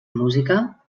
música